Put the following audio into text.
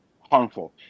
harmful